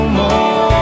more